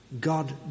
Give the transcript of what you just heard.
God